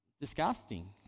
disgusting